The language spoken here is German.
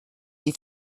die